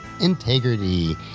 integrity